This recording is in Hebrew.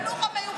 הוא אמר.